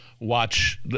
watch